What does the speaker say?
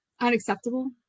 unacceptable